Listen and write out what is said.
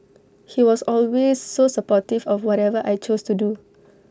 he was always so supportive of whatever I chose to do